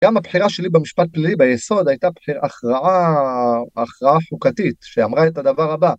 גם הבחירה שלי במשפט פלילי ביסוד הייתה הכרעה, הכרעה חוקתית שאמרה את הדבר הבא